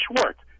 Schwartz